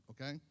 okay